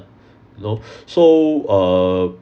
you know so err